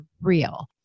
real